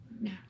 No